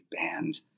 band